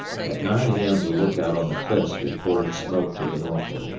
at nine a m. the look-out on the cliffs reported smoke to the northward.